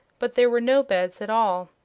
but there were no beds at all.